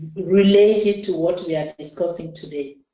related to what we are discussing today.